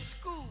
school